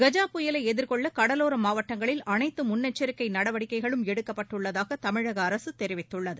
கஜா புயலை எதிர்கொள்ள கடலோர மாவட்டங்களில் அனைத்து முன்னெச்சரிக்கை நடவடிக்கைகளும் எடுக்கப்பட்டுள்ளதாக தமிழக அரசு தெரிவித்துள்ளது